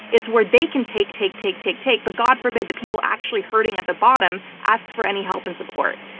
it's where they can take, take, take, take, take, but god forbid the people actually hurting at the bottom ask for any help and support.